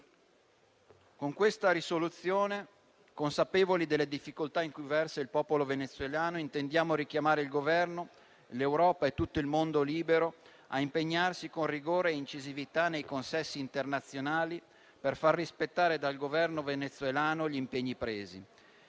Con questa risoluzione, consapevoli delle difficoltà in cui versa il popolo venezuelano, intendiamo richiamare il Governo, l'Europa e tutto il mondo libero a impegnarsi con rigore e incisività nei consessi internazionali per far rispettare dal Governo venezuelano gli impegni presi.